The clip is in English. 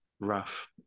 rough